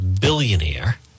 billionaire